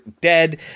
dead